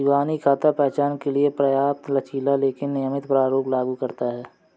इबानी खाता पहचान के लिए पर्याप्त लचीला लेकिन नियमित प्रारूप लागू करता है